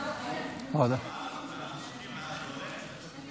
הראשונה ותחזור לדיון בוועדת הפנים